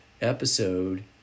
episode